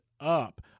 up